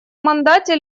мандате